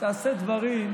רציתי להביך אותך בחזרה,